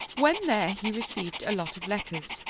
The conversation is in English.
when there he received a lot of letters,